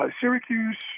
Syracuse